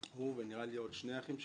הוא ונראה לי עוד שני אחים שלו,